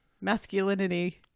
masculinity